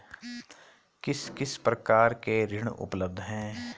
किस किस प्रकार के ऋण उपलब्ध हैं?